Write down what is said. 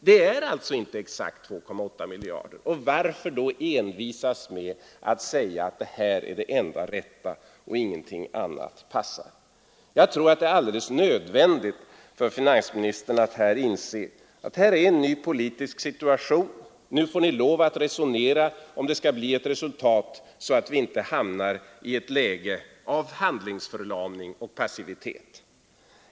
Det är alltså inte exakt 2,8 miljarder. Varför då envisas med att det här är det enda rätta och ingenting annat passar? Jag tror att det är alldeles nödvändigt för finansministern att inse att här är en ny politisk situation. Nu får Ni lov att resonera om det skall bli ett resultat, så att vi inte hamnar i ett läge av handlingsförlamning och passivitet.